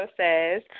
says